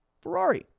Ferrari